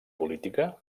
política